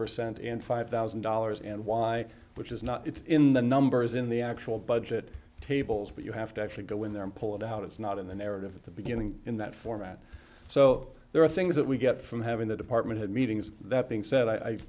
percent and five thousand dollars and y which is not it's in the numbers in the actual budget tables but you have to actually go in there and pull it out it's not in the narrative at the beginning in that format so there are things that we get from having the department had meetings that being